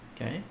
Okay